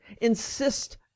insist